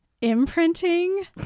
imprinting